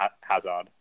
Hazard